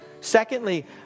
Secondly